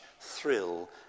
thrill